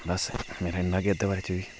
बस मेरा इ'न्ना गै एह्दे बारे च बी